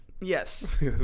Yes